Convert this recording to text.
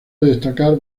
destacar